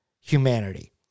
humanity